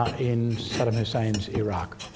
in saddam hussein's iraq.